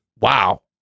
wow